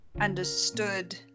understood